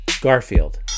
Garfield